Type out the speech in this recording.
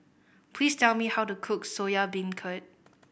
please tell me how to cook Soya Beancurd